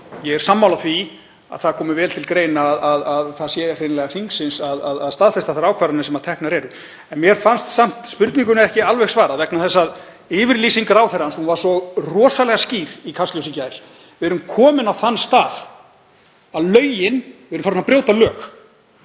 Ég er sammála því að það komi vel til greina að það sé hreinlega þingsins að staðfesta þær ákvarðanir sem teknar eru. Mér fannst samt spurningunni ekki alveg svarað vegna þess að yfirlýsing ráðherrans var svo rosalega skýr í Kastljósi í gær. Við erum komin á þann stað að við erum farin að brjóta lög.